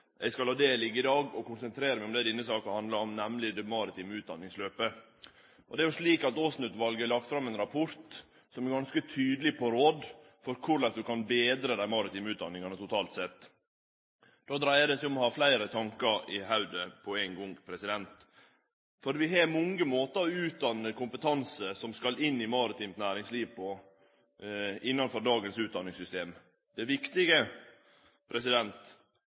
Eg skal la det liggje i dag og konsentrere meg om det denne saka handlar om, nemleg det maritime utdanningsløpet. Det er slik at Aasen-utvalet har lagt fram ein rapport som er ganske tydeleg på råd for korleis ein kan betre dei maritime utdanningane totalt sett. Då dreier det seg om å ha fleire tankar i hovudet på ein gong. For vi har mange måtar å utdanne kompetanse som skal inn i maritimt næringsliv på, innanfor dagens utdanningssystem. Det viktige